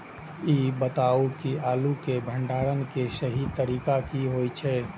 ई बताऊ जे आलू के भंडारण के सही तरीका की होय छल?